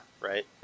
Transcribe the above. right